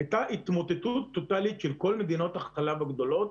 הייתה התמוטטות טוטאלית של כל מדינות החלב הגדולות,